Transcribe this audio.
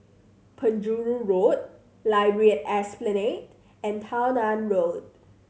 Penjuru Road Library at Esplanade and Tao Nan Road